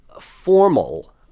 formal